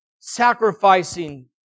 sacrificing